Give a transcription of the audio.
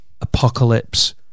apocalypse